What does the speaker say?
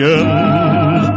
end